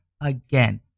again